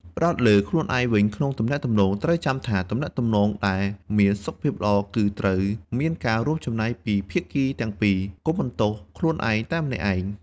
ផ្តោតលើខ្លួនឯងវិញ ក្នុងទំនាក់ទំនង ត្រូវចាំថា ទំនាក់ទំនងដែលមានសុខភាពល្អ គឺត្រូវមានការរួមចំណែកពីភាគីទាំងពីរ។ កុំបន្ទោសខ្លួនឯងតែម្នាក់ឯង។